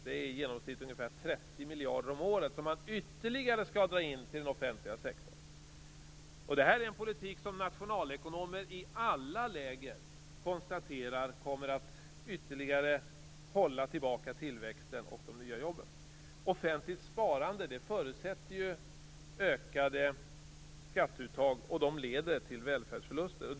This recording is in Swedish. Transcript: Det är i genomsnitt 30 miljarder per år, som man ytterligare skall dra in till den offentliga sektorn. Detta är en politik som nationalekonomer i alla läger konstaterar kommer att ytterligare hålla tillbaka tillväxten och de nya jobben. Offentligt sparande förutsätter ökade skatteuttag, och de leder till välfärdsförluster.